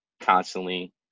constantly